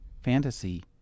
fantasy